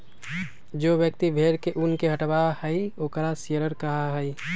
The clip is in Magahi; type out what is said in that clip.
जो व्यक्ति भेड़ के ऊन के हटावा हई ओकरा शियरर कहा हई